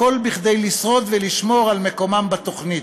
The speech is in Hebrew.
הכול כדי לשרוד ולשמור על מקומם בתוכנית.